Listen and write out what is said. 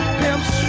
pimps